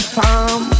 time